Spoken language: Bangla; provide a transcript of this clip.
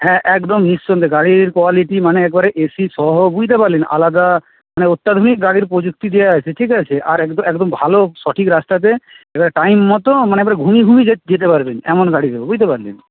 হ্যাঁ একদম নিঃসন্দেহে গাড়ির কোয়ালিটি মানে একবারে এসি সহ বুঝতে পারলেন আলাদা মানে অত্যাধুনিক গাড়ির প্রযুক্তি দেওয়া আছে ঠিক আছে আর একদম একদম ভালো সঠিক রাস্তাতে এবার টাইম মতো মানে একবারে ঘুমিয়ে ঘুমিয়ে যেতে পারবেন এমন গাড়ি দেব বুঝতে পারলেন